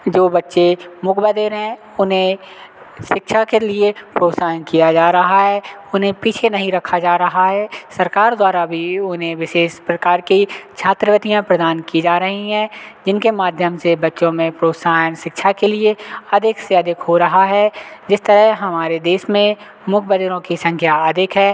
जो बच्चे मुख बधिर हैं उन्हें शिक्षा के लिए प्रोत्साहन किया जा रहा है उन्हें पीछे नहीं रखा जा रहा है सरकार द्वारा भी उन्हें विशेष प्रकार की छात्रवृत्तियाँ प्रदान की जा रही हैं जिनके माध्यम से बच्चों में प्रोत्साहन शिक्षा के लिए अधिक से अधिक हो रहा है जिस तरह हमारे देश में मुख बधिरों की संख्या अधिक है